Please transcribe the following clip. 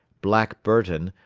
black burton,